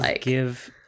give